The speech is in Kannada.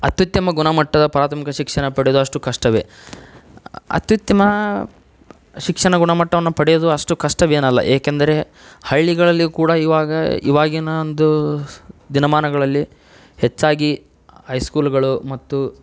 ಅತ್ಯುತ್ತಮ ಗುಣಮಟ್ಟದ ಪ್ರಾಥಮಿಕ ಶಿಕ್ಷಣ ಪಡೆಯುವುದು ಅಷ್ಟು ಕಷ್ಟವೇ ಅತ್ಯುತ್ತಮ ಶಿಕ್ಷಣ ಗುಣಮಟ್ಟವನ್ನು ಪಡೆಯುವುದು ಅಷ್ಟು ಕಷ್ಟವೇನಲ್ಲ ಏಕೆಂದರೆ ಹಳ್ಳಿಗಳಲ್ಲಿಯೂ ಕೂಡ ಇವಾಗ ಇವಾಗಿನ ಒಂದು ದಿನಮಾನಗಳಲ್ಲಿ ಹೆಚ್ಚಾಗಿ ಐ ಸ್ಕೂಲುಗಳು ಮತ್ತು